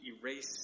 erase